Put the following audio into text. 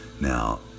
Now